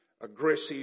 aggressive